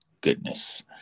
goodness